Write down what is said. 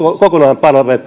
kokonaan